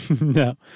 No